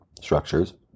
structures